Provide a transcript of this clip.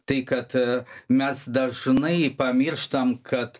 tai kad mes dažnai pamirštam kad